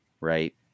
right